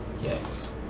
Yes